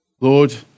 Lord